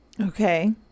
Okay